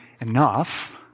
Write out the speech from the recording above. enough